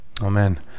Amen